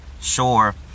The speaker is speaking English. Sure